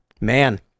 Man